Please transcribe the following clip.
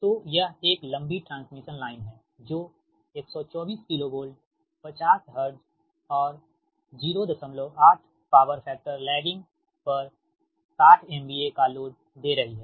तोयह एक लंबी ट्रांसमिशन लाइन है जो 124KV50 हर्ट्ज और 08 पावर फैक्टर लैगिंग पर 60 MVA का लोड दे रही है